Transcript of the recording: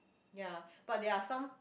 ya but there are some